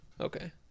Okay